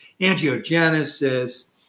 angiogenesis